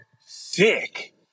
Sick